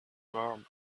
warm